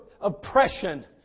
oppression